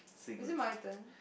was it my turn